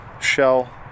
shell